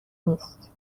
نیست